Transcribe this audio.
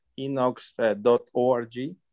inox.org